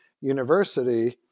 university